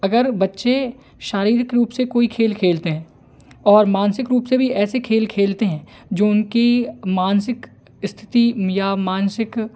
अगर बच्चे शारीरिक रूप से कोई खेल खेलते हैं और मानसिक रूप से भी ऐसे खेल खेलते हैं जो उनकी मानसिक स्थिति या मानसिक